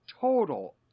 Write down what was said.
total